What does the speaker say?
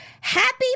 Happy